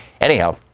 Anyhow